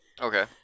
Okay